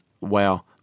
wow